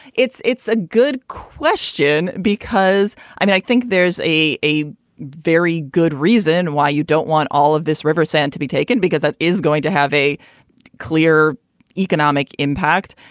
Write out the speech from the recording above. it's it's a good question because i mean, i think there's a a very good reason why you don't want all of this river sand to be taken because that is going to have a clear economic impact.